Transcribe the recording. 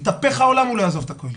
יתהפך העולם הוא לא יעזוב את הכולל.